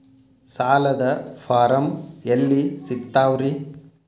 ಸಾಲದ ಫಾರಂ ಎಲ್ಲಿ ಸಿಕ್ತಾವ್ರಿ?